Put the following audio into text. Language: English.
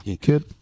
Kid